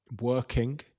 working